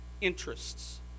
interests